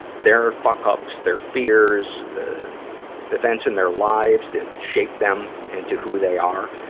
their fuck-ups, their fears, the, the events in their lives that shaped them into who they are.